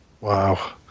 Wow